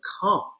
come